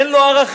אין לו ערכים,